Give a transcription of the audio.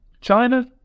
China